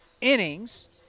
innings